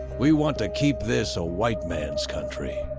we want to keep this a white man's country.